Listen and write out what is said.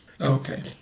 Okay